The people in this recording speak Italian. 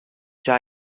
già